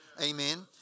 Amen